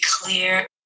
clear